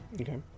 Okay